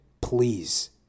Please